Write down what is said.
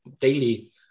daily